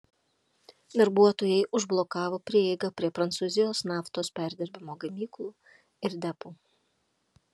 darbuotojai užblokavo prieigą prie prancūzijos naftos perdirbimo gamyklų ir depų